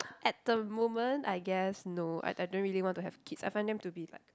at the moment I guess no I I don't really want to have kids I find them to be like